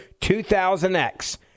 2000X